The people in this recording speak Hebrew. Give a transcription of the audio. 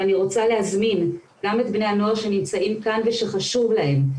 ואני רוצה להזמין גם את בני הנוער שנמצאים כאן ושחשוב להם,